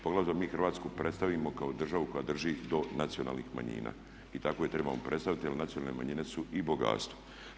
Poglavito jer mi Hrvatsku predstavljamo kao državu koja drži do nacionalnih manjina i tako je trebamo predstavljati jer nacionalne manjine su i bogatstvo.